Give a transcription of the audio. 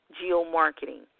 geo-marketing